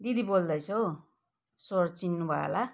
दिदी बोल्दैछु हौ स्वर चिन्नुभयो होला